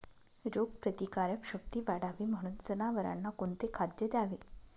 रोगप्रतिकारक शक्ती वाढावी म्हणून जनावरांना कोणते खाद्य द्यावे?